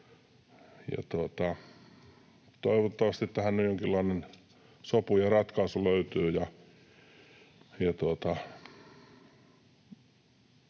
Toivottavasti tähän nyt jonkinlainen sopu ja ratkaisu löytyy.